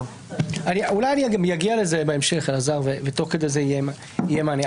אולי אני גם אגיע לזה בהמשך ותוך כדי זה יהיה מענה.